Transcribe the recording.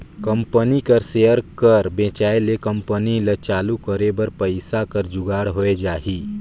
company कर share कर बेंचाए ले कंपनी ल चालू करे बर पइसा कर जुगाड़ होए जाही